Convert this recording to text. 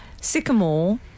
Sycamore